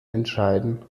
entscheiden